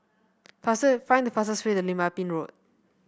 fast find the fastest way to Lim Ah Pin Road